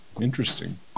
interesting